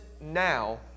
now